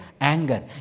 anger